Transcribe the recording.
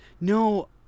No